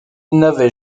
n’avait